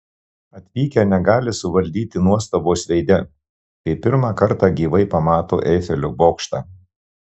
atvykę negali suvaldyti nuostabos veide kai pirmą kartą gyvai pamato eifelio bokštą